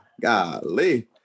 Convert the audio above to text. Golly